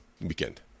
weekend